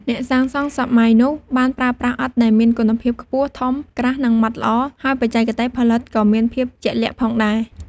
អ្នកសាងសង់សម័យនោះបានប្រើប្រាស់ឥដ្ឋដែលមានគុណភាពខ្ពស់ ធំ ក្រាស់ និងម៉ដ្ឋល្អ ហើយបច្ចេកទេសផលិតក៏មានភាពជាក់លាក់ផងដែរ។